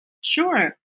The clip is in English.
Sure